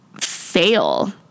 fail